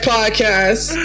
Podcast